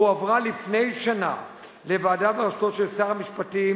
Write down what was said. הועברה לפני שנה לוועדה בראשותו של שר המשפטים,